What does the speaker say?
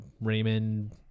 Raymond